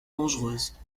dangereuse